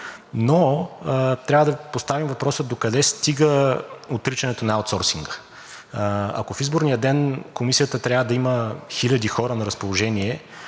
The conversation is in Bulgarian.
но трябва да поставим въпроса докъде стига отричането на аутсорсинга? Ако в изборния ден Комисията трябва да има хиляди хора на разположение,